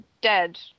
dead